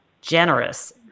generous